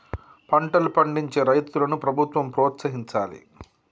పంటలు పండించే రైతులను ప్రభుత్వం ప్రోత్సహించాలి